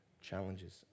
challenges